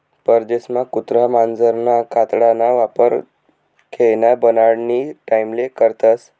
परदेसमा कुत्रा मांजरना कातडाना वापर खेयना बनाडानी टाईमले करतस